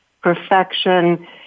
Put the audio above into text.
perfection